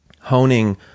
honing